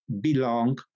belong